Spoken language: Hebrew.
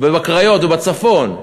בקריות ובצפון,